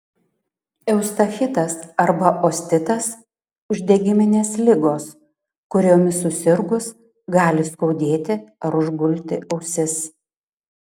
eustachitas arba ostitas uždegiminės ligos kuriomis susirgus gali skaudėti ar užgulti ausis